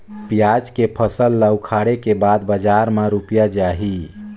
पियाज के फसल ला उखाड़े के बाद बजार मा रुपिया जाही?